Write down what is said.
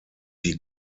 die